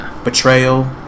Betrayal